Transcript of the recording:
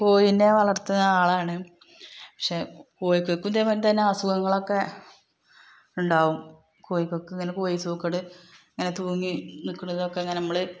കോഴിനെ വളർത്തുന്ന ആളാണ് പക്ഷെ കോഴികൾക്കും ഇതേ പോലെ തന്നെ അസുഖങ്ങളൊക്കെ ഉണ്ടാവും കോഴികൾകൊക്കെ ഇങ്ങനെ കോഴി സൂക്കട് ഇങ്ങനെ തൂങ്ങി നിൽക്കുന്നതൊക്കെ അങ്ങനെ നമ്മൾ